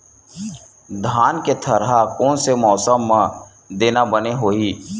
धान के थरहा कोन से मौसम म देना बने होही?